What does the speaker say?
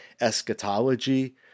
eschatology